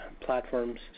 platforms